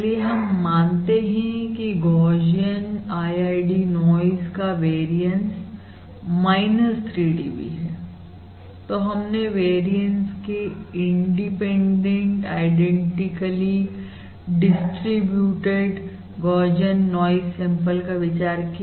चलिए हम मानते हैं की गौशियन IID नॉइज का वेरियंस 3 dB है तो हमने वेरियंस के independent identically distributor Gaussian noise sample का विचार किया